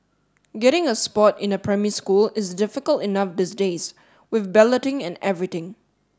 getting a spot in a primary school is difficult enough these days with balloting and everything